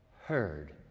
heard